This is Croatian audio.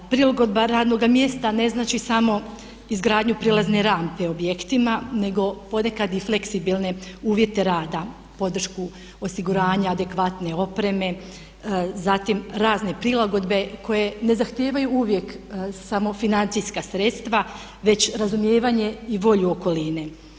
Prilog … radnoga mjesta ne znači samo izgradnju prilazne rampe objektima nego ponekad i fleksibilne uvjete rada, podršku osiguranja, adekvatne opreme, zatim razne prilagodne koje ne zahtijevaju uvijek samo financijska sredstva već razumijevanje i volju okoline.